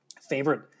favorite